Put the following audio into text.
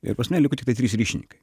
ir pas mane liko tiktai trys ryšininkai